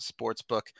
Sportsbook